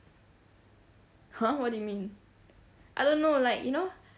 !huh! what do you mean I don't know like you know